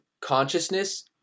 consciousness